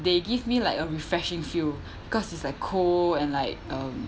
they give me like a refreshing feel because it's like cold and like um